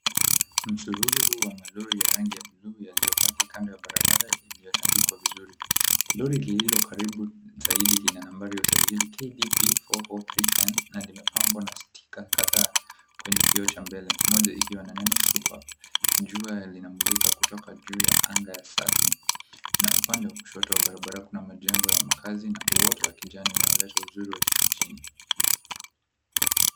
Msururu huu wa malori ya rangi ya buluu yaliyopaki kando ya barabara iliyotandikwa vizuri. Lori lililo karibu zaidi lina nambari ya usajili, KDP 443N na limepambwa na stika kadhaa kwenye kioo cha mbele, moja ikiwa na neno, Super. Jua linamulika kutoka juu ya anga ya safi na upande wa kushoto wa barabara kuna majengo ya makazi na uoto wa kijani unaoleta uzuri wa kijijini.